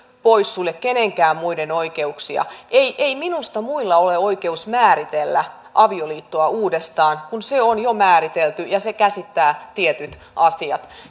poissulje kenenkään muiden oikeuksia ei ei minusta muilla ole oikeus määritellä avioliittoa uudestaan kun se on jo määritelty ja se käsittää tietyt asiat